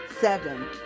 Seven